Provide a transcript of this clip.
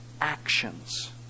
actions